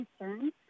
concerns